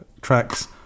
tracks